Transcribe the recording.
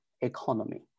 economy